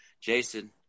Jason